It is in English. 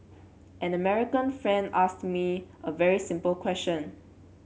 an American friend asked me a very simple question